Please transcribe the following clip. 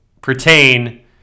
pertain